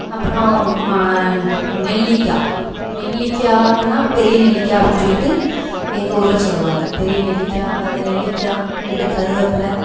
அப்புறோம் மா நெல்லிக்காய் நெல்லிக்காய்னா பெரிய நெல்லிக்காய் அப்படின்னு சொல்லிட்டு எங்கள் ஊரில் சொல்லுவாங்க பெரிய நெல்லிக்காய் அந்த நெல்லிக்காய் ரெண்டு கருவேப்பிலை